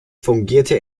fungierte